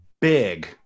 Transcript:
Big